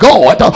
God